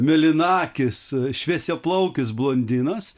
mėlynakis šviesiaplaukis blondinas